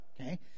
okay